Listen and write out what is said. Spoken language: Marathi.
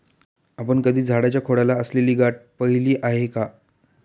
आपण कधी झाडाच्या खोडाला असलेली गाठ पहिली आहे का?